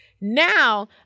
Now